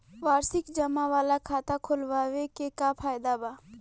वार्षिकी जमा वाला खाता खोलवावे के का फायदा बा?